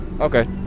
Okay